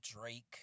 Drake